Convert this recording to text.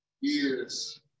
years